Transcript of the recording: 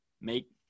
make